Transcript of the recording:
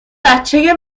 بچه